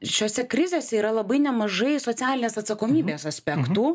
šiose krizėse yra labai nemažai socialinės atsakomybės aspektų